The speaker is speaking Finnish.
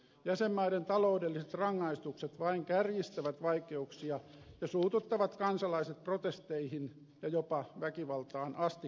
jäsenmaiden taloudelliset rangaistukset vain kärjistävät vaikeuksia ja suututtavat kansalaiset protesteihin ja jopa väkivaltaan asti kaduilla